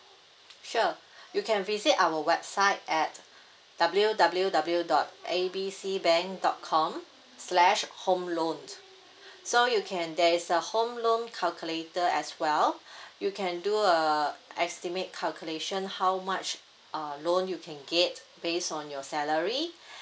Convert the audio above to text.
sure you can visit our website at W W W dot A B C bank dot com slash home loans so you can there is a home loan calculator as well you can do a estimate calculation how much uh loan you can get based on your salary